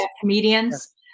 Comedians